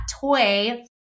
toy